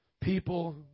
people